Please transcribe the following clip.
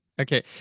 Okay